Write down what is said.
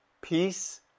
peace